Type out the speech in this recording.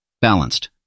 Balanced